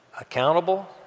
Accountable